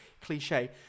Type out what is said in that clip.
cliche